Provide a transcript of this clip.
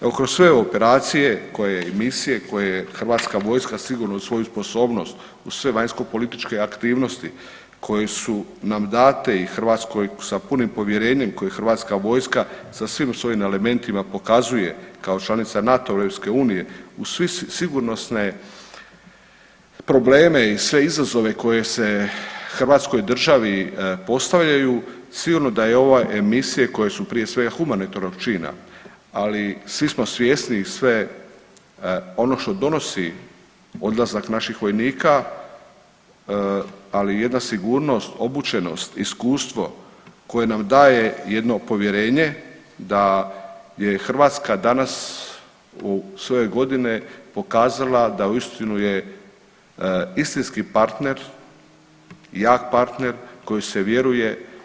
Evo kroz sve operacije i misije koja hrvatska vojska sigurno uz svoju sposobnost, uz sve vanjskopolitičke aktivnosti koje su nam date i Hrvatskoj sa punim povjerenjem koje hrvatska vojska sa svim svojim elementima pokazuje kao članica NATO-a i EU uz sigurnosne probleme i sve izazove koje se Hrvatskoj državi postavljaju, sigurno da je ove misije koje su prije svega humanitarnog čina, ali svi smo svjesni i ono što donosi odlazak naših vojnika, ali jedna sigurnost, obučenost, iskustvo koje nam daje jedno povjerenje da je Hrvatska danas u sve godine pokazala da uistinu je istinski partner, jak partner kojem se vjeruje.